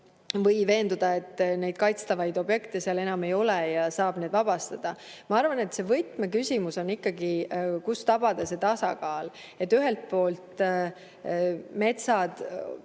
või veenduda, et neid kaitstavaid objekte seal enam ei ole ja saab need [alad] vabastada. Ma arvan, et võtmeküsimus on ikkagi see, kuidas tabada seda tasakaalu. Ühelt poolt on metsad